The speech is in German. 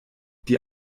die